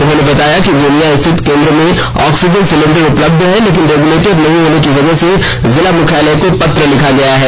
उन्होंने बताया कि गोमिया स्थित केंद्र में ऑक्सीजन सिलिंडर उपलब्ध है लेकिन रेग्यूलेटर नहीं है जिसके लिए जिला मुख्यालय को पत्र लिख गया है